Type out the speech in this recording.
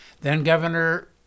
Then-Governor